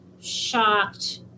Shocked